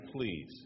please